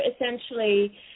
essentially